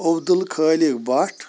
Abdul Khaliq Bhat